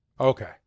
Okay